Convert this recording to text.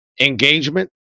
engagement